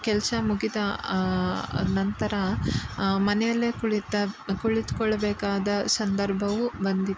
ಕೆಲಸ ಮುಗಿದ ನಂತರ ಮನೆಯಲ್ಲೇ ಕುಳಿತ ಕುಳಿತುಕೊಳ್ಬೇಕಾದ ಸಂದರ್ಭವೂ ಬಂದಿತ್ತು